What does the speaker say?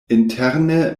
interne